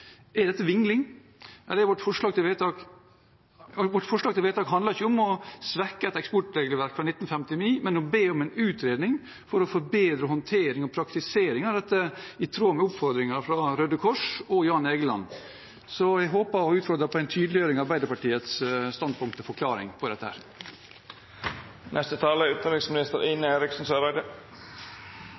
Er dette vingling? Vårt forslag til vedtak handler ikke om å svekke et eksportregelverk fra 1959, men om å be om en utredning for å forbedre håndtering og praktisering av dette, i tråd med oppfordringer fra Røde Kors og Jan Egeland. Så jeg håper på og utfordrer til en tydeliggjøring av Arbeiderpartiets standpunkt, og en forklaring på dette.